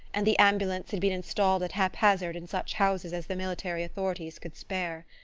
and the ambulance had been installed at haphazard in such houses as the military authorities could spare.